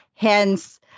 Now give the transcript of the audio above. Hence